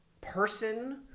person